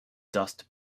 dust